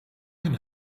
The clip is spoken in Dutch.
hun